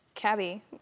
Cabby